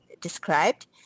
described